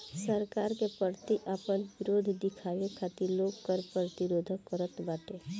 सरकार के प्रति आपन विद्रोह दिखावे खातिर लोग कर प्रतिरोध करत बाटे